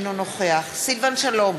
אינו נוכח סילבן שלום,